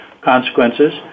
consequences